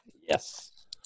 Yes